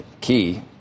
key